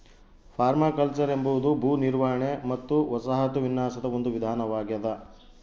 permaculture ಎಂಬುದು ಭೂ ನಿರ್ವಹಣೆ ಮತ್ತು ವಸಾಹತು ವಿನ್ಯಾಸದ ಒಂದು ವಿಧಾನವಾಗೆದ